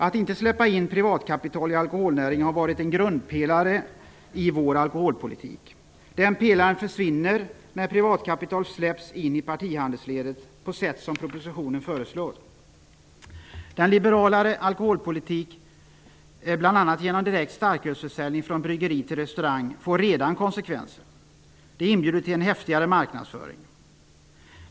Att inte släppa in privatkapital i alkoholnäringen har varit en grundpelare i vår alkoholpolitik. Den pelaren försvinner när privatkapital släpps in i partihandelsledet på det sätt som föreslås i propositionen. Den liberalare alkoholpolitiken, bl.a. genom direkt starkölsförsäljning från bryggeri till restaurang, får redan konsekvenser. Det inbjuder till en häftigare marknadsföring.